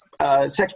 sex